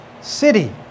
city